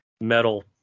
metal